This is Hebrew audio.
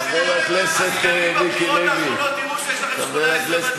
חבר הכנסת מיקי לוי.